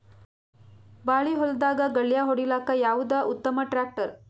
ಬಾಳಿ ಹೊಲದಾಗ ಗಳ್ಯಾ ಹೊಡಿಲಾಕ್ಕ ಯಾವದ ಉತ್ತಮ ಟ್ಯಾಕ್ಟರ್?